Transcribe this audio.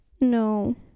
No